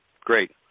great